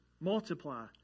multiply